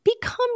become